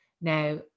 Now